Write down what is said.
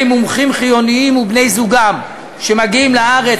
מומחים חיוניים ובני-זוגם שמגיעים לארץ,